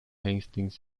hastings